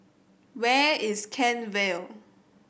where is Kent Vale